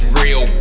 real